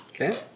Okay